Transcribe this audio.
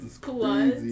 Plus